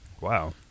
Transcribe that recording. wow